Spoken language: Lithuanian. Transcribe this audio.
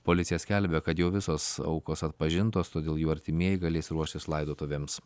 policija skelbia kad jau visos aukos atpažintos todėl jų artimieji galės ruoštis laidotuvėms